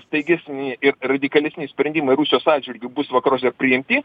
staigesni ir radikalesni sprendimai rusijos atžvilgiu bus vakaruose priimti